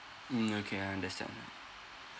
mm okay I understand yeah